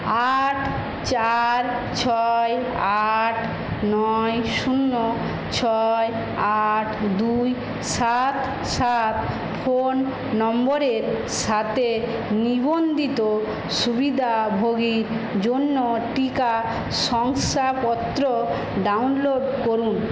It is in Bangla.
আট চার ছয় আট নয় শূন্য ছয় আট দুই সাত সাত ফোন নম্বরের সাতে নিবন্ধিত সুবিধা ভোগীর জন্য টিকা শংসাপত্র ডাউনলোড করুন